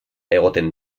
egoten